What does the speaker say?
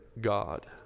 God